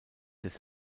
des